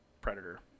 predator